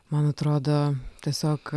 man atrodo tiesiog